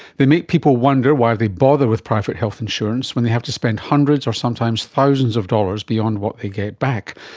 they make people wonder why they bother with private health insurance when they have to spend hundreds or sometimes thousands of dollars beyond what they get back.